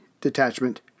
Detachment